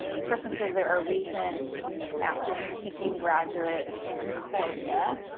this person says they're a recent masters in teaching graduate from concordia.